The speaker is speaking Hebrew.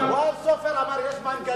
אתה יודע שבועז סופר אמר: יש מנגנון,